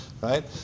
right